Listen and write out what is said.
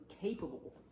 capable